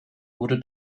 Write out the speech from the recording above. wurde